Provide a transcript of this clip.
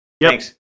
thanks